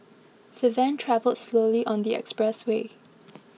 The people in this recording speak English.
the van travelled slowly on the expressway